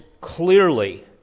clearly